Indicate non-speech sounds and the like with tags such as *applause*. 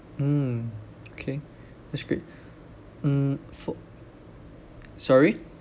mm *noise* okay that's great mm for sorry